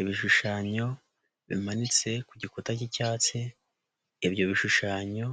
Ibishushanyo bimanitse ku gikuta k'icyatsi, ibyo bishushanyo